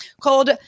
called